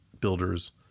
builders